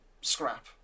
scrap